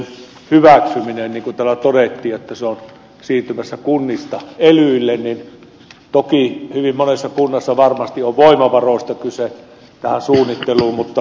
niin kuin täällä todettiin että se on siirtymässä kunnista elyille niin toki hyvin monessa kunnassa varmasti on kyse tähän suunnitteluun liittyvistä voimavaroista mutta niin kuin ed